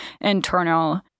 internal